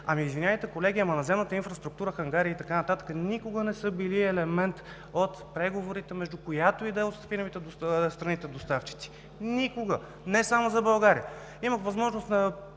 Ами извинявайте, колеги, ама наземната инфраструктура – хангари и така нататък, никога не са били елемент от преговорите между която и да е от страни доставчици. Никога! Не само за България, имах възможност по